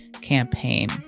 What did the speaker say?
campaign